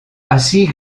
así